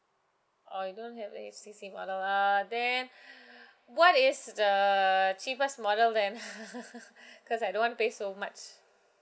oh you don't have a H_T_C model err then what is the cheapest model then cause I don't want to pay so much